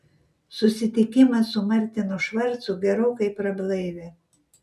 susitikimas su martinu švarcu gerokai prablaivė